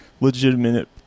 legitimate